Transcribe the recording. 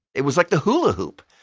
it was like the hula-hoop.